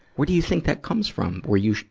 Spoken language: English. where do you think that comes from? were you,